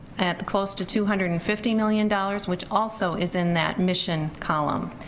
at close to two hundred and fifty million dollars, which also is in that mission column.